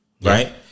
Right